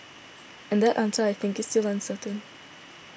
and that answer I think is still uncertain